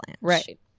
Right